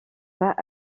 pas